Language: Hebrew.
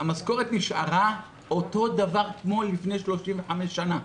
המשכורת נשארה אותו דבר כמו לפני 35 שנים,